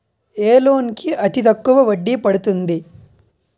ఏ loan కి అతి తక్కువ వడ్డీ పడుతుంది?